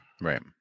right